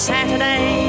Saturday